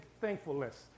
thankfulness